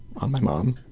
on my mum, um